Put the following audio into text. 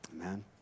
Amen